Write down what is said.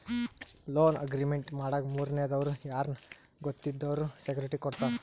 loan agreement ಮಾಡಾಗ ಮೂರನೇ ದವ್ರು ಯಾರ್ನ ಗೊತ್ತಿದ್ದವ್ರು ಸೆಕ್ಯೂರಿಟಿ ಕೊಡ್ತಾರ